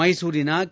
ಮೈಸೂರಿನ ಕೆ